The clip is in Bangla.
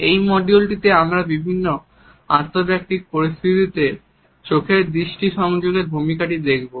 এই মডিউলটিতে আমরা বিভিন্ন আন্তঃব্যক্তিক পরিস্থিতিতে চোখের দৃষ্টি সংযোগের ভূমিকাটি দেখব